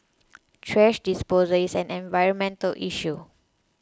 thrash disposal is an environmental issue